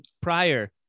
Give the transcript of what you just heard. prior